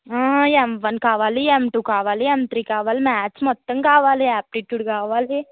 ఎం one కావాలి M two కావాలి M three కావాలి మాథ్స్ మొత్తం కావాలి ఆప్టిట్యూడ్ కావాలి